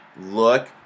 look